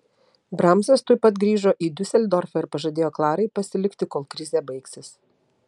bramsas tuoj pat grįžo į diuseldorfą ir pažadėjo klarai pasilikti kol krizė baigsis